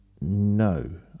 No